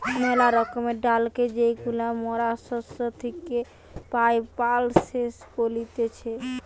মেলা রকমের ডালকে যেইগুলা মরা শস্য থেকি পাই, পালসেস বলতিছে